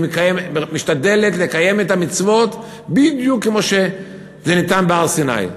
היא משתדלת לקיים את המצוות בדיוק כמו שזה ניתן בהר-סיני.